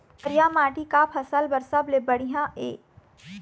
करिया माटी का फसल बर सबले बढ़िया ये?